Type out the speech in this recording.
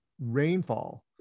rainfall